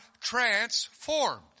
transformed